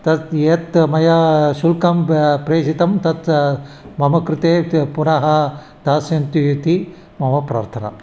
तद् यत् मया शुल्कं प प्रेषितं तत् मम कृते त पुनः दास्यन्तु इति मम प्रार्थना